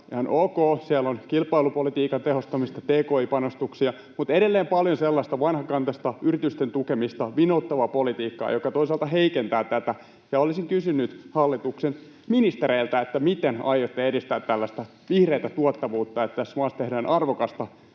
ihan ok — siellä on kilpailupolitiikan tehostamista, tki-panostuksia — mutta edelleen on paljon sellaista vanhakantaista yritysten tukemista, vinouttavaa politiikkaa, joka toisaalta heikentää tätä. Olisin kysynyt hallituksen ministereiltä: miten aiotte edistää tällaista vihreää tuottavuutta, että tässä maassa tehdään arvokasta